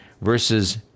versus